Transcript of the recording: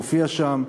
שהופיע שם,